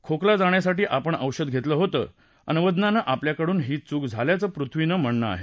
खोकला जाण्यासाठी आपण औषध घेतलं होतं अनवधनानं आपल्याकडून ही चूक झाल्याचं पृथ्वीचं म्हणणं आहे